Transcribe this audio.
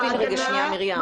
תיירות.